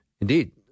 Indeed